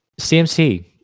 CMC